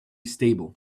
stable